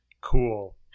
cool